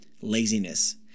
laziness